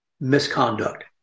Misconduct